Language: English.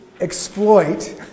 exploit